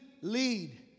lead